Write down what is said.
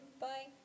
Bye